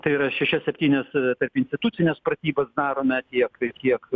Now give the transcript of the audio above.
tai yra šešias septynias tarpinstitucines pratybas darome tiek tiek